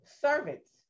servants